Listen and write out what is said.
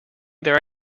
their